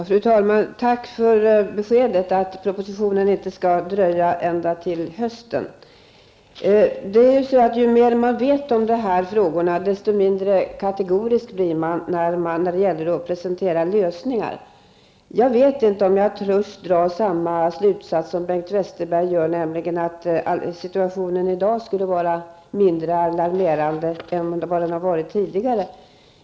Fru talman! Tack för beskedet att propositionen inte skall dröja ända till hösten! Ju mer man vet om de här frågorna, desto mindre kategorisk blir man när det gäller att presentera lösningar. Jag vet inte om jag törs dra samma slutsats som Bengt Westerberg, nämligen att situationen i dag skulle vara mindre alarmerande än den har varit tidigare.